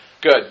good